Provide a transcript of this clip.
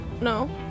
No